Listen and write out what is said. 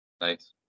Nice